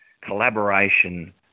collaboration